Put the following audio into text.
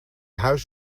huis